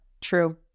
true